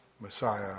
Messiah